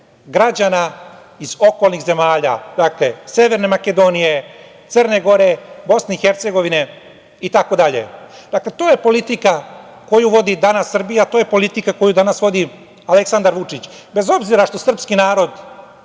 građana iz okolnih zemalja - Severne Makedonije, Crne Gore, Bosne i Hercegovine itd. Dakle, to je politika koju vodi danas Srbija i to je politika koju danas vodi Aleksandar Vučić. Bez obzira što srpski narod,